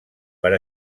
per